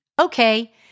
Okay